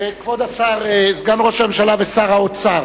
כבוד השר סגן ראש הממשלה ושר האוצר,